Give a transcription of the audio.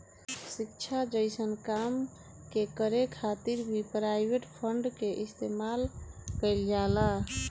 शिक्षा जइसन काम के करे खातिर भी प्राइवेट फंड के इस्तेमाल कईल जाला